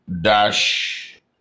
dash